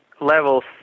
levels